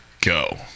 go